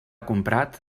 comprat